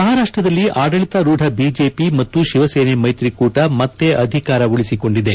ಮಹಾರಾಷ್ಷದಲ್ಲಿ ಆಡಳಿತಾರೂಢ ಬಿಜೆಪಿ ಮತ್ತು ಶಿವಸೇನೆ ಮೈತ್ರಿ ಕೂಟ ಮತ್ತೆ ಅಧಿಕಾರ ಉಳಿಸಿಕೊಂಡಿದೆ